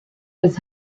his